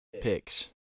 picks